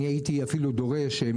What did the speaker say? אני הייתי אפילו דורש,